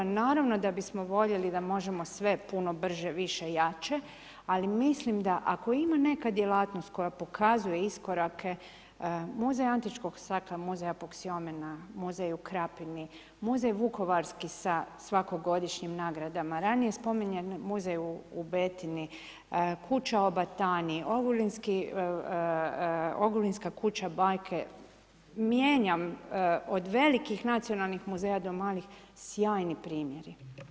Naravno da bismo voljeli da možemo sve puno brže, više, jače, ali mislim da ako ima neka djelatnost koja pokazuje iskorake, Muzej antičkog stakla, Muzej Apoksiomena, Muzej u Krapini, Muzej Vukovarski sa svakogodišnjim nagradama, ranije spominjan Muzej u Betini, kuća o batani, Ogulinska kuća bajke, mijenjam od velikih nacionalnih muzeja do malih, sjajni primjeri.